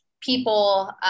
people